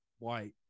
white